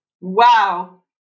Wow